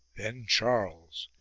then charles,